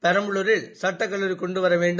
பெரம்பலூரில்சட்டக்கல்லூரிகொண்டுவரவே ண்டும்